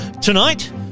Tonight